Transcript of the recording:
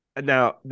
now